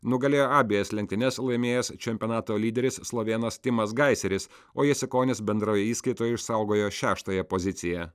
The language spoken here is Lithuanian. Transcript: nugalėjo abejas lenktynes laimėjęs čempionato lyderis slovėnas timas gaiseris o jasikonis bendroje įskaitoje išsaugojo šeštąją poziciją